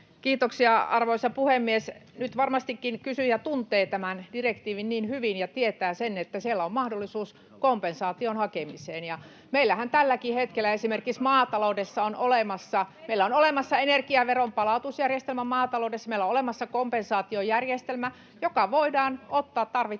Kiitoksia, arvoisa puhemies! Nyt varmastikin kysyjä tuntee tämän direktiivin niin hyvin, että tietää sen, että siellä on mahdollisuus kompensaation hakemiseen. Meillähän tälläkin hetkellä esimerkiksi on olemassa energiaveron palautusjärjestelmä maataloudessa, meillä on olemassa kompensaatiojärjestelmä, joka voidaan ottaa tarvittaessa